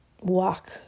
walk